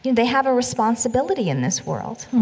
they have a responsibility in this world